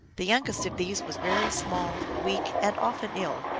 the youngest of these was very small, weak, and often ill,